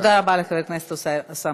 תודה רבה לחבר הכנסת פריג'.